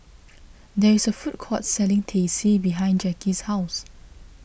there is a food court selling Teh C behind Jacky's house